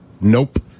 Nope